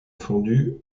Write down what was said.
fondue